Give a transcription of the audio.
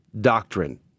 doctrine